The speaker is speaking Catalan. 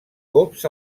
cops